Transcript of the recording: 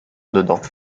dedans